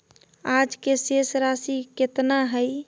आज के शेष राशि केतना हइ?